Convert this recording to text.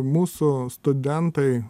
mūsų studentai